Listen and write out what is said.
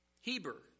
Heber